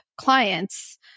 clients